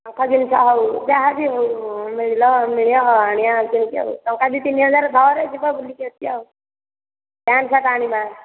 ଜିନିଷ ହେଉ ଯାହା ବି ହେଉ ମିଳିବ ମିଳିବ ଆଣିବା କିଣିକି ଟଙ୍କା ଦୁଇ ତିନି ହଜାର ଧର ଯିବା ବୁଲିକି ଆସିବା ଆଉ ପ୍ୟାଣ୍ଟ୍ ସାର୍ଟ୍ ଆଣିବା